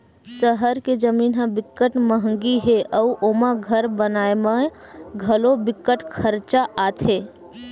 सहर के जमीन ह बिकट मंहगी हे अउ ओमा घर बनाए म घलो बिकट खरचा आथे